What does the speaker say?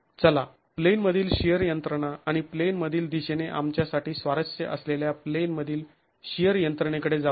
चला प्लेनमधील शिअर यंत्रणा आणि प्लेनमधील दिशेने आमच्यासाठी स्वारस्य असलेल्या प्लेनमधील शिअर यंत्रणेकडे जाऊया